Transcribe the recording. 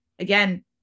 Again